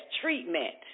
treatment